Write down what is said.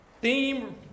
theme